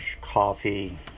coffee